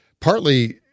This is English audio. Partly